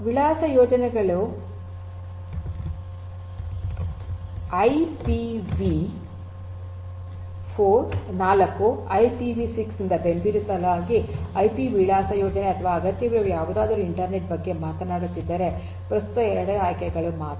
ವಿಳಾಸ ಯೋಜನೆಗಳು IPv 4 IPv 6 ನಿಂದ ಬೆಂಬಲಿತವಾದ ಐಪಿ ವಿಳಾಸ ಯೋಜನೆ ಅಥವಾ ಅಗತ್ಯವಿರುವ ಯಾವುದಾದರೂ ಇಂಟರ್ನೆಟ್ ಬಗ್ಗೆ ಮಾತನಾಡುತ್ತಿದ್ದರೆ ಪ್ರಸ್ತುತ 2 ಆಯ್ಕೆಗಳು ಮಾತ್ರ